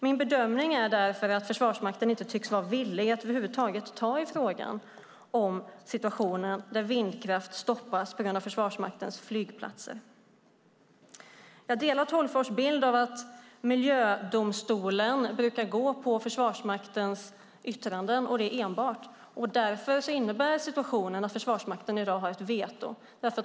Min bedömning är därför att Försvarsmakten inte tycks vara villig att över huvud taget ta i frågan om situationer där vindkraften stoppas på grund av Försvarsmaktens flygplatser. Jag delar Sten Tolgfors bild av att miljödomstolen brukar gå på Försvarsmaktens yttranden och det enbart. Därför innebär situationen att Försvarsmakten i dag har ett veto.